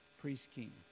priest-king